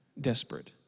Desperate